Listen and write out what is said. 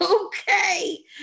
okay